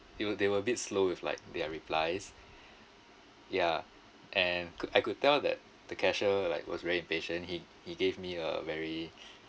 it were they were a bit slow with like their replies ya and could I could tell that the cashier like was really impatient he he gave me a very